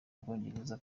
bwongereza